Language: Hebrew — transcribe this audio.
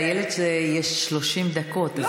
לאילת יש 30 דקות,